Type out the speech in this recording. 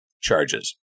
charges